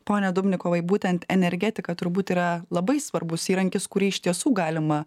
pone dubnikovai būtent energetika turbūt yra labai svarbus įrankis kurį iš tiesų galima